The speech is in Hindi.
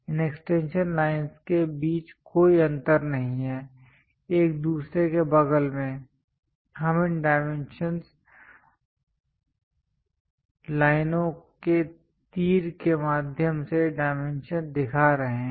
इन एक्सटेंशन लाइनस् के बीच कोई अंतर नहीं है एक दूसरे के बगल में हम इन डाइमेंशंस लाइनों के तीर के माध्यम से डायमेंशन दिखा रहे हैं